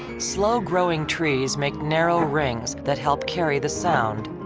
slow growing trees make narrow rings that help carry the sound.